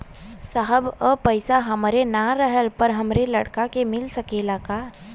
साहब ए पैसा हमरे ना रहले पर हमरे लड़का के मिल सकेला का?